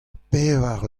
pevar